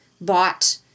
bought